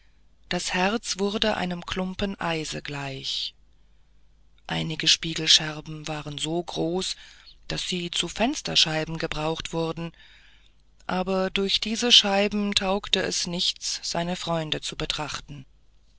das herz wurde einem klumpen eise gleich einige spiegelscherben waren so groß daß sie zu fensterscheiben gebraucht wurden aber durch diese scheiben taugte es nichts seine freunde zu betrachten